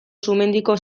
sumendiko